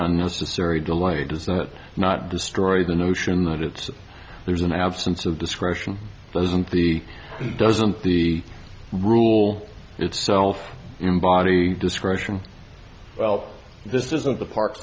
unnecessary delay does that not destroy the notion that it's there's an absence of discretion doesn't the doesn't the rule itself embody discretion well this isn't the park